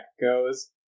goes